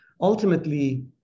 Ultimately